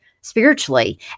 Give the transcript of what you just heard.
spiritually